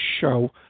show